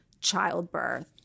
childbirth